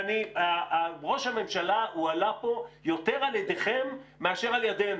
ראש הממשלה הועלה פה יותר על ידיכם מאשר על ידינו.